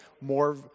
more